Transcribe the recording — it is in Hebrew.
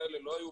הוא יהיה